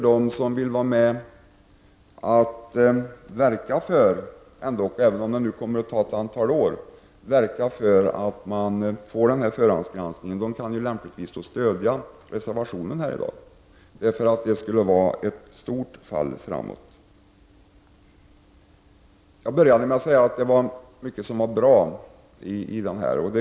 De som vill verka för att vi skall få en sådan här förhandsgranskning — även om det kommer att ta ett antal år — kan lämpligen stödja reservationen i dag. Det skulle vara ett stort steg framåt. Jag började med att säga att det är mycket som är bra i denna proposition.